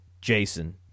Jason